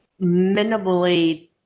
minimally